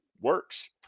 works